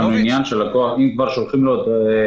יש לנו עניין שלקוח, אם כבר שולחים לו הודעה,